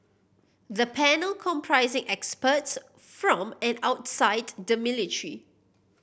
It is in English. the panel comprising experts from and outside the military